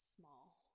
Small